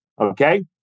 okay